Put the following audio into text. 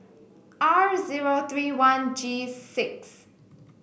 R zero three one G six